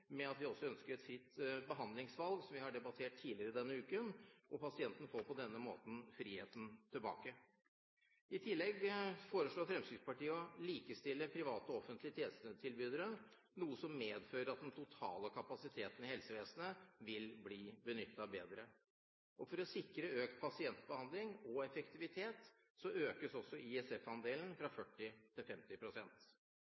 bosted. Dette må også ses i sammenheng med at vi ønsker et fritt behandlingsvalg, som vi har debattert tidligere denne uken, og pasienten får på denne måten friheten tilbake. I tillegg foreslår Fremskrittspartiet å likestille private og offentlige tjenestetilbydere, noe som medfører at den totale kapasiteten i helsevesenet vil bli benyttet bedre. For å sikre økt pasientbehandling og effektivitet økes også ISF-andelen, fra